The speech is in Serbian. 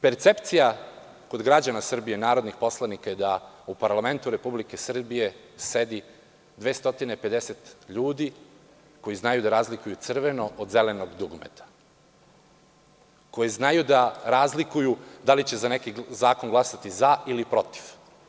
Percepcija kod građana Srbije narodnih poslanika je da u parlamentu Republike Srbije sedi 250 ljudi koji znaju da razlikuju crveno od zelenog dugmeta, koji znaju da razlikuju da li će za neki zakon glasati „za“ ili „protiv“